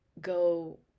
go